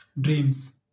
dreams